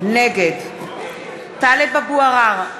נגד טלב אבו עראר,